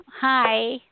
Hi